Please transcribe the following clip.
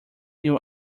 your